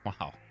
Wow